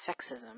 sexism